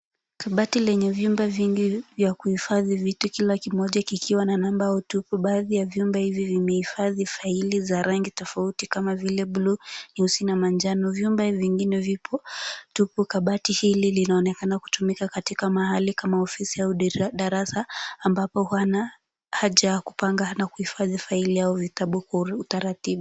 Kabati lenye viumbe vingi vya kuhifadhi viti kila kimoja kikiwa na namba tupu .Baadhi ya viumbe hivi vimehifadhi faili za rangi tofauti kama vile blue , nyeusi na manjano. Viumbe vingine vipo tupu, kabati hili linaonekana kutumika katika mahali kama ofisi au darasa , ambapo wana haja ya kupanga na kuhifadhi faili vitabu huru kwa utaratibu.